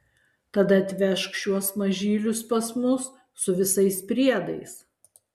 tada atvežk šiuos mažylius pas mus su visais priedais